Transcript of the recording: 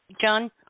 John